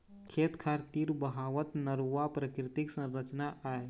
खेत खार तीर बहावत नरूवा प्राकृतिक संरचना आय